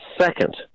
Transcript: second